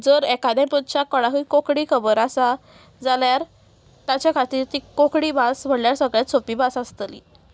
जर एकादें पोशाक कोणाकूय कोंकणी खबर आसा जाल्यार ताचे खातीर ती कोंकणी भास म्हणल्यार सगळे सोपी भास आसतली